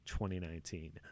2019